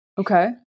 Okay